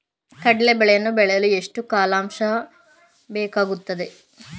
ಕಡ್ಲೆ ಬೇಳೆಯನ್ನು ಬೆಳೆಯಲು ಎಷ್ಟು ಕಾಲಾವಾಕಾಶ ಬೇಕಾಗುತ್ತದೆ?